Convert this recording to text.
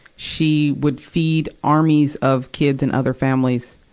she would feed armies of kids and other families.